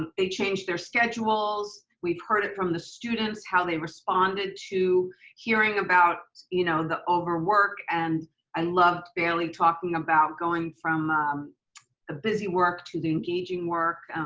they changed their schedules, we've heard it from the students how they responded to hearing about you know the overwork and i loved baylee talking about going from a busy work to the engaging work.